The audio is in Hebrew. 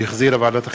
שהחזירה ועדת החינוך,